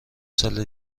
سال